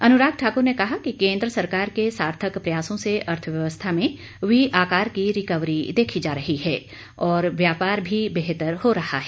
अनुराग ठाकुर ने कहा कि केंद्र सरकार के सार्थक प्रयासों से अर्थव्यवस्था में वी आकार की रिकवरी देखी जा रही है और व्यापार भी बेहतर हो रहा है